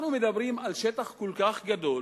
אנחנו מדברים על שטח כל כך גדול.